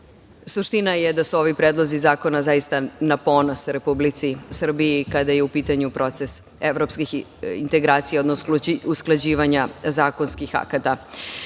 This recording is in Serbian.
govoru. Suština je da su ovi predlozi zakona zaista na ponos Republici Srbiji kada je u pitanju proces evropskih integracija, odnosno usklađivanja zakonskih